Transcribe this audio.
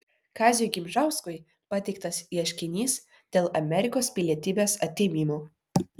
kaziui gimžauskui pateiktas ieškinys dėl amerikos pilietybės atėmimo